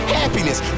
happiness